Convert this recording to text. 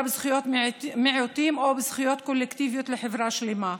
בזכויות מיעוטים או בזכויות קולקטיביות לחברה שלמה,